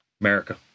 America